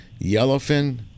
yellowfin